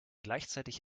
gleichzeitig